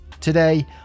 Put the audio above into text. Today